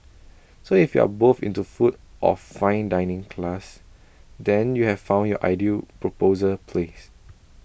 so if you are both into food of fine dining class then you have found your ideal proposal place